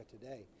today